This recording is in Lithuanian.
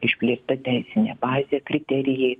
išpliekta teisinė bazė kriterijai